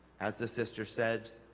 as the sister said